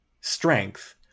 strength